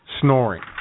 Snoring